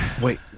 wait